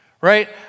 right